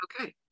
Okay